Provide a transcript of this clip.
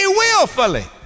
willfully